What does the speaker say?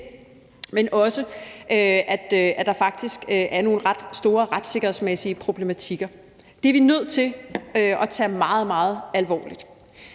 siger, at der faktisk er nogle ret store retssikkerhedsmæssige problematikker. Det er vi nødt til at tage meget, meget alvorligt.